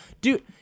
dude